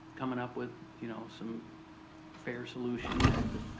comin' up with you know some fair solutions that